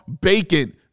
bacon